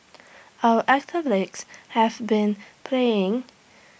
our athletes have been playing